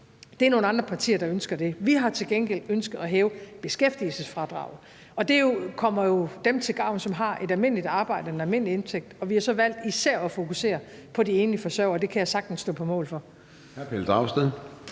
Det er nogle andre partier, der ønsker det. Vi har til gengæld ønsket at hæve beskæftigelsesfradraget, og det kommer jo dem til gavn, som har et almindeligt arbejde og en almindelig indtægt. Vi har så valgt især at fokusere på de enlige forsørgere, og det kan jeg sagtens stå på mål for.